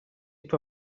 tua